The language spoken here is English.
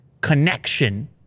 connection